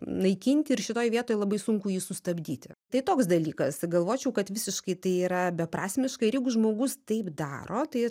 naikinti ir šitoj vietoj labai sunku jį sustabdyti tai toks dalykas galvočiau kad visiškai tai yra beprasmiška ir jeigu žmogus taip daro tai